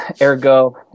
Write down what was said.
ergo